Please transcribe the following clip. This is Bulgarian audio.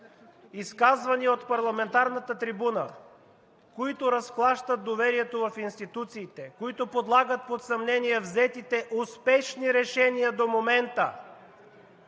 изказвания от парламентарната трибуна, които разклащат доверието в институциите, които подлагат под съмнение взетите успешни решения до момента